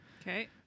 Okay